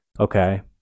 Okay